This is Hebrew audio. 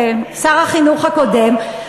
שר החינוך הקודם,